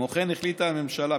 כמו כן החליטה הממשלה,